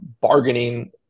bargaining